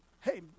Hey